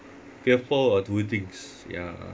fearful of doing things ya